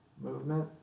movement